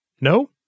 No